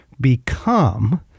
become